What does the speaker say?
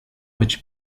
być